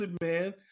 man